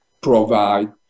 provide